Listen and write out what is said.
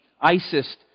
ISIS